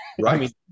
Right